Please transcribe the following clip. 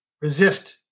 Resist